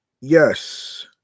Yes